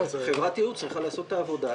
חברת בדיקה צריכה לעשות את העבודה,